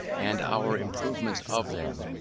and our improvements of them,